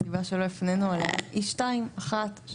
הסיבות שלא הפנינו אליה הן: לטעמנו,